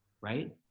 right